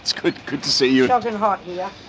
it's good good to see you. shocking hot yeah